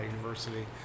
University